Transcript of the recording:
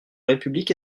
république